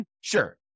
Sure